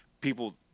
people